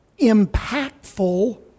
impactful